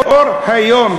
לאור היום,